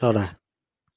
चरा